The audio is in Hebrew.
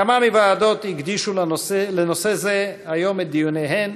כמה מהוועדות הקדישו לנושא זה היום את דיוניהן,